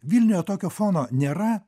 vilniuje tokio fono nėra